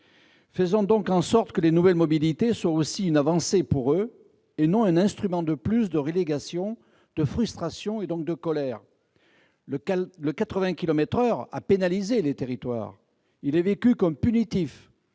faisons en sorte que les nouvelles mobilités soient aussi une avancée pour eux et non un énième instrument de relégation, de frustration, et donc de colère. Les 80 kilomètres à l'heure ont pénalisé les territoires. Il est vécu comme punitif.